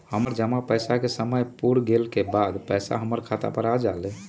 हमर जमा पैसा के समय पुर गेल के बाद पैसा अपने खाता पर आ जाले?